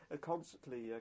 constantly